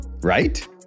Right